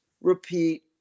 repeat